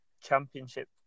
championship